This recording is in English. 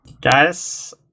Guys